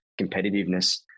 competitiveness